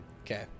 Okay